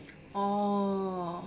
oh